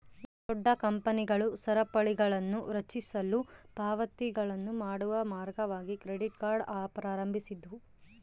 ದೊಡ್ಡ ಕಂಪನಿಗಳು ಸರಪಳಿಗಳನ್ನುರಚಿಸಲು ಪಾವತಿಗಳನ್ನು ಮಾಡುವ ಮಾರ್ಗವಾಗಿ ಕ್ರೆಡಿಟ್ ಕಾರ್ಡ್ ಪ್ರಾರಂಭಿಸಿದ್ವು